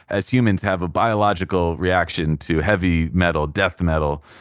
as humans, have a biological reaction to heavy metal, death metal,